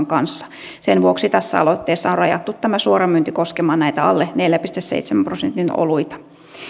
kanssa sen vuoksi tässä aloitteessa on rajattu tämä suoramyynti koskemaan näitä alle neljän pilkku seitsemän prosentin oluita